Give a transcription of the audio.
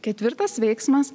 ketvirtas veiksmas